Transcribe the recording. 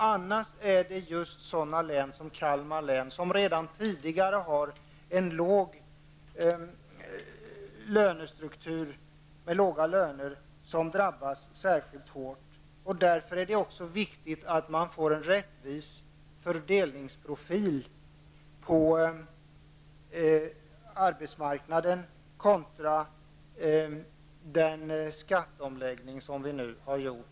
Annars blir det just sådana län som Kalmar län -- som redan tidigare har en struktur med låga löner -- som drabbas särskilt hårt. Därför är det också viktigt att man får en rättvis fördelningsprofil på arbetsmarknaden kontra den skatteomläggning som har gjorts.